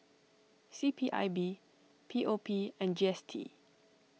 C P I B P O P and G S T